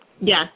Yes